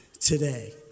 today